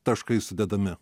taškai sudedami